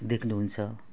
देख्नु हुन्छ